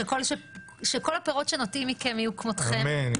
שכל הפירות שנוטעים מכם יהיו כמותכם.